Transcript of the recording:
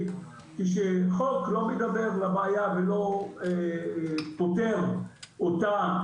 כשחוק לא מדבר לבעיה ולא פותר אותה,